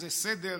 איזה סדר,